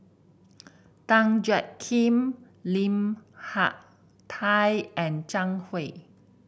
Tan Jiak Kim Lim Hak Tai and Zhang Hui